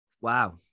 Wow